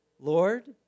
Lord